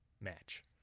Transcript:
match